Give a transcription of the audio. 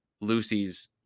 Lucy's